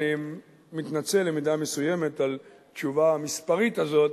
אני מתנצל במידה מסוימת על התשובה המספרית הזאת.